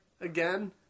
again